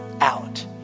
out